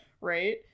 right